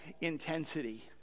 intensity